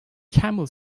camel